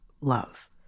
love